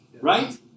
right